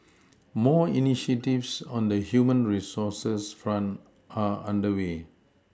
more initiatives on the human resources front are under way